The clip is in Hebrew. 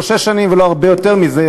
לא שש שנים ולא הרבה יותר מזה,